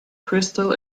crystal